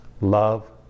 love